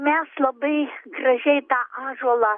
mes labai gražiai tą ąžuolą